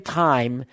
time